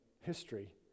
history